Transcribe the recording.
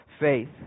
faith